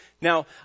Now